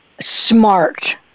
Smart